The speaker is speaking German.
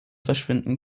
verschwinden